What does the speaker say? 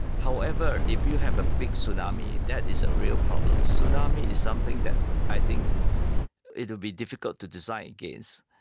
however, if you have a big tsunami, that is a real problem. tsunami is something that i think it will be difficult to design against.